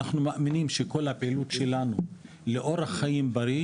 אנחנו מאמינים שכל הפעילות שלנו לאורח חיים בריא